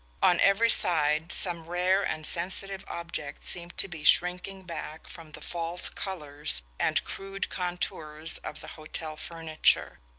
on every side some rare and sensitive object seemed to be shrinking back from the false colours and crude contours of the hotel furniture.